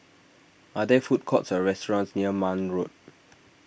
are there food courts or restaurants near Marne Road